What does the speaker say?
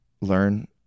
learn